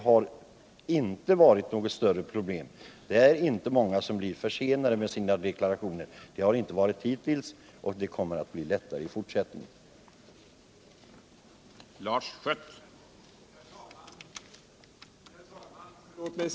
Hittills har det inte varit många som blivit försenade med sina deklarationer, och det blir det nog inte i fortsättningen heller.